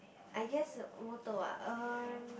I guess motto um